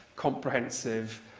comprehensive,